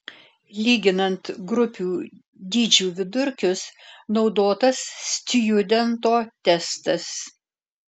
lyginant grupių dydžių vidurkius naudotas stjudento testas